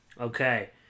okay